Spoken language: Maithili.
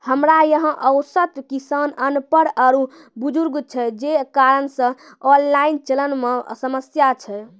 हमरा यहाँ औसत किसान अनपढ़ आरु बुजुर्ग छै जे कारण से ऑनलाइन चलन मे समस्या छै?